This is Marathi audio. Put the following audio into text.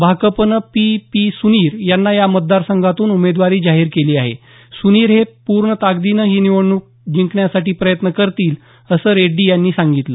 भाकपनं पी पी सुनीर यांना या मतदार संघातून उमेदवारी जाहीर केलेली आहे सुनीर हे पूर्ण ताकदीनं ही निवडणूक जिंकण्यासाठी प्रयत्न करतील असं रेड्डी यांनी सांगितलं